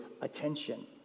attention